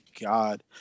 god